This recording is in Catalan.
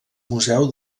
museu